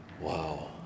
wow